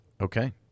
okay